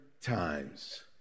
times